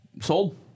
sold